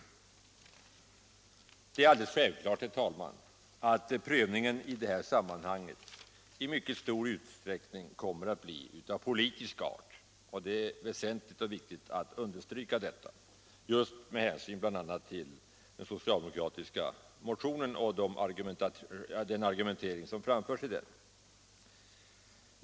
Det är självklart, herr talman, att denna prövning i mycket stor utsträckning kommer att bli av politisk art. Det är viktigt att understryka detta, bl.a. med hänsyn till den socialdemokratiska motionen och den argumentering som framförs i den.